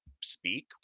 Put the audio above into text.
speak